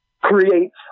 creates